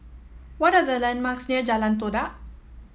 what are the landmarks near Jalan Todak